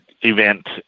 event